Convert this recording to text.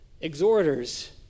exhorters